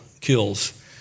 kills